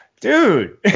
dude